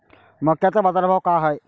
मक्याचा बाजारभाव काय हाय?